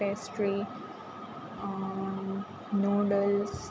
pastry noodles